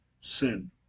sin